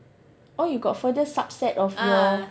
oh you got further subset of your